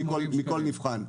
מכל נבחן.